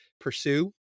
pursue